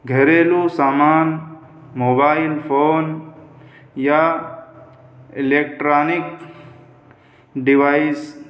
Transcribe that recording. گھریلو سامان mobile phone یا الیکٹرانک ڈیوائس